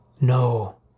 No